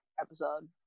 episode